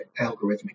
algorithmic